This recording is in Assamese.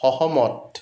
সহমত